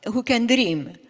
who can dream.